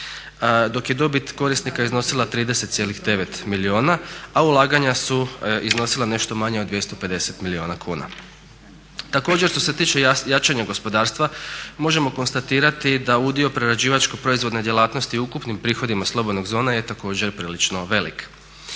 dok je dobit korisnika iznosila 30,9 milijuna a ulaganja su iznosila nešto manje od 250 milijuna kuna. Također, što se tiče jačanja gospodarstva možemo konstatirati da udio prerađivačko-proizvodne djelatnosti u ukupnim prihodima slobodnih zona je također prilično velik.